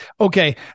okay